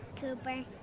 Cooper